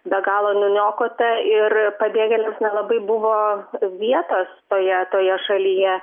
be galo nuniokota ir pabėgėliams nelabai buvo vietos toje toje šalyje